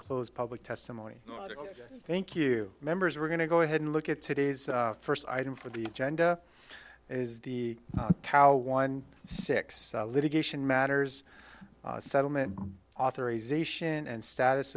close public testimony thank you members we're going to go ahead and look at today's first item for the agenda is the cow one six litigation matters settlement authorization and status